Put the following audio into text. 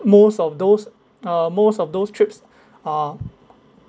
most of those uh most of those trips are